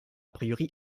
priori